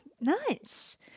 nice